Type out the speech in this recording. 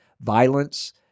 Violence